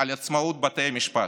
ועל עצמאות בתי המשפט,